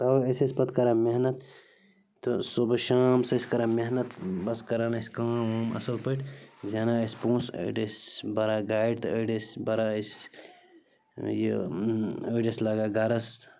تَوَے أسۍ ٲسۍ پَتہٕ کران محنت تہٕ صُبہٕ شامَس ٲسۍ کران محنت بَس کران ٲسۍ کٲم وٲم اَصٕل پٲٹھۍ زینان ٲسۍ پونٛسہٕ أڑۍ ٲسۍ بران گاڑِ تہٕ أڑۍ ٲسۍ بران أسۍ یہِ أڑۍ ٲسۍ لاگان گَرَس